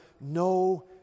no